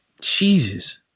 Jesus